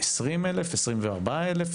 20,000 או 24,000